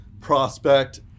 prospect